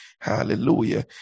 hallelujah